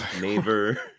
neighbor